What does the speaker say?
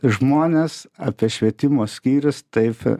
žmonės apie švietimo skyrius taip